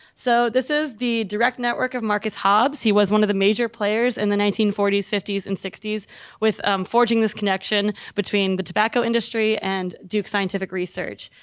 so this is the direct network of marcus hobbes. he was one of the major players in the nineteen forty s, fifty s and sixty s with forging this connection between the tobacco industry and duke scientific research.